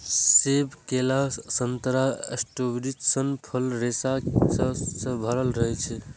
सेब, केला, संतरा, स्ट्रॉबेरी सन फल रेशा सं भरल रहै छै